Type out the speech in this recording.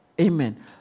Amen